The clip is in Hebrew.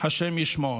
השם ישמור.